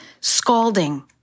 scalding